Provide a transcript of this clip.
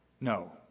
No